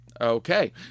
Okay